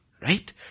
right